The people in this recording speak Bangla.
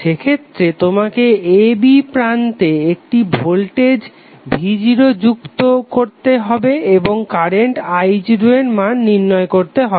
সেক্ষেত্রে তোমাকে a b প্রান্তে একটি ভোল্টেজ v0 যুক্ত করতে হবে এবং কারেন্ট i0 এর মান নির্ণয় করতে হবে